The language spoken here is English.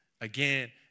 again